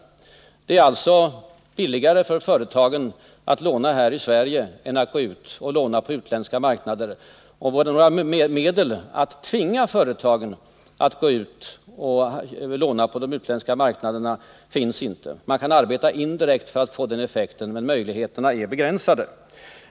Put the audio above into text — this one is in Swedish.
Det är alltså billigare för företagen att låna här i Sverige än att gå ut och låna på utländska marknader. Några medel att tvinga företagen att gå ut på de utländska marknaderna och låna finns inte. Man kan arbeta indirekt för att få den effekten, men möjligheterna är begränsade.